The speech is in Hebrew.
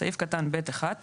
בסעיף קטן (ב)(1),